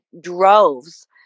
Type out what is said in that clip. droves